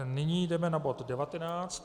Nyní jdeme na bod 19.